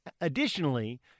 Additionally